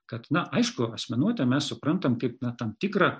kad na aišku asmenuotę mes suprantam kaip tam tikrą